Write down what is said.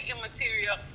material